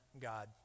God